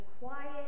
quiet